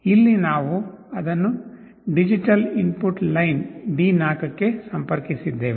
ಇಲ್ಲಿ ನಾವು ಅದನ್ನು ಡಿಜಿಟಲ್ ಇನ್ಪುಟ್ ಲೈನ್ D4 ಗೆ ಸಂಪರ್ಕಿಸಿದ್ದೇವೆ